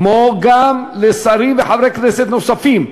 כמו גם לשרים וחברי כנסת נוספים,